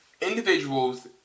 individuals